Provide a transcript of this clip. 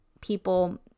People